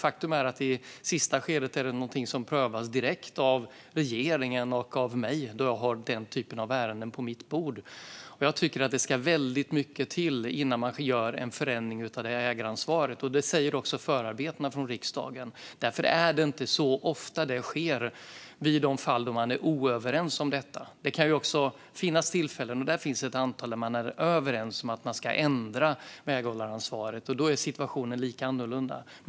Faktum är att det i sista skedet är något som prövas direkt av regeringen och mig, då jag har den typen av ärenden på mitt bord, och jag tycker att det ska väldigt mycket till innan man gör en förändring av det ägaransvaret. Det säger också förarbetena från riksdagen. Därför är det inte så ofta det sker i de fall då man är oense om detta. Det kan också finnas tillfällen - det finns ett antal - då man är överens om att man ska ändra väghållaransvaret. Då är situationen lite annorlunda.